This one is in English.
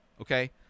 okay